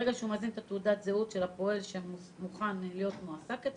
ברגע שהוא מזין את תעודת הזהות של הפועל שמוכן להיות מועסק אצלו,